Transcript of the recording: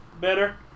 Better